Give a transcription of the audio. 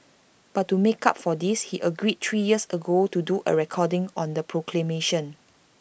but to make up for this he agreed three years ago to do A recording on the proclamation